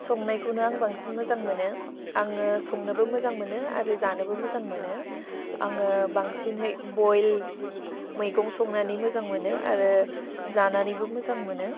संनायखौनो आं बांसिन मोजां मोनो आङो संनोबो मोजां मोनो आरो जानोबो मोजां मोनो आङो बांसिनहै बइल मैगं संनानै मोजां मोनो आरो जानानैबो मोजां मोनो